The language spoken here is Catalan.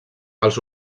els